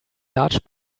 large